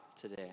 today